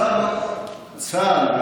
צה"ל,